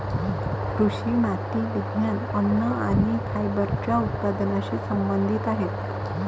कृषी माती विज्ञान, अन्न आणि फायबरच्या उत्पादनाशी संबंधित आहेत